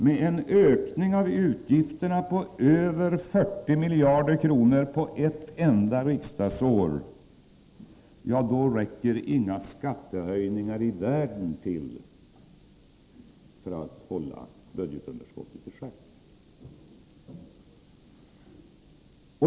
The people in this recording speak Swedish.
Med en ökning av utgifterna på över 40 miljarder kronor på ett enda riksdagsår räcker inga skattehöjningar i världen till för att hålla budgetunderskottet i schack.